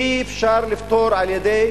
אי-אפשר לפתור על-ידי